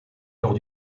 lors